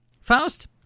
Faust